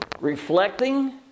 reflecting